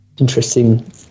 interesting